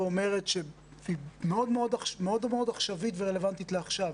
שהיא מאוד עכשווית ורלוונטית לעכשיו,